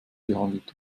gehandelt